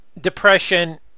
depression